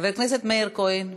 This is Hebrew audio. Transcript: חבר הכנסת מאיר כהן,